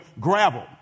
gravel